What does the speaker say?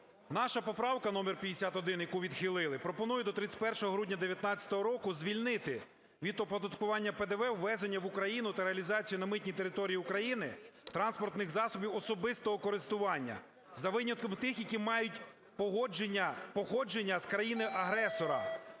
Наша поправка номер 51, яку відхилили, пропонує до 31 грудня 2019 року звільнити від оподаткування ПДВ ввезення в Україну та реалізацію на території України транспортних засобів особистого користування за винятком тих, які мають походження з країни-агресора